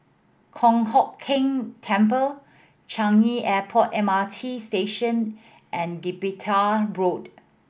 Kong Hock Keng Temple Changi Airport M R T Station and Gibraltar Road